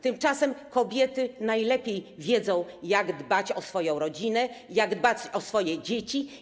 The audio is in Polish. Tymczasem kobiety najlepiej wiedzą, jak dbać o swoją rodzinę, jak dbać o swoje dzieci.